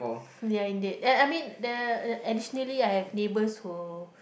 ya indeed uh I mean the additionally I have neighbours who